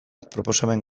proposamen